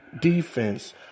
defense